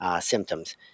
symptoms